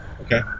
Okay